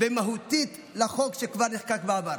ומהותית לחוק שכבר נחקק בעבר.